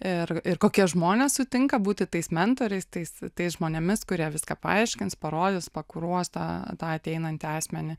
ir ir kokie žmonės sutinka būti tais mentoriais tais tais žmonėmis kurie viską paaiškins parodys pakuruos tą tą ateinantį asmenį